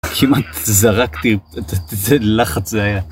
כמעט זרקתי, איזה לחץ זה היה